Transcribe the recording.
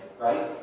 right